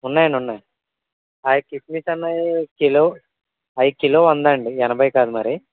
ఉన్నాయండి ఉన్నాయి కిస్మిస్ అనేవి కిలో అవి కిలో వందండి ఎనభై కాదు మరి